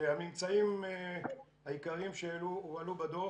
הממצאים העיקריים שהועלו בדוח"